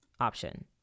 option